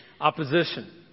Opposition